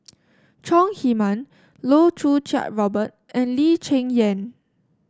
Chong Heman Loh Choo Kiat Robert and Lee Cheng Yan